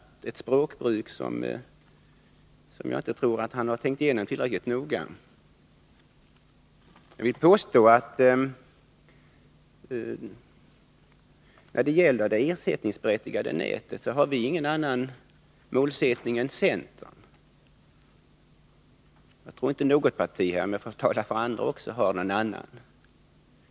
Han använde ett språk som kom mig att tro att han inte tillräckligt noga tänkt igenom vad han sade. När det gäller det ersättningsberättigade nätet vill jag påstå att moderata samlingspartiet inte har någon annan målsättning än centern. Om jag får tala för andra vill jag säga att jag tror att detta gäller även för de andra partierna.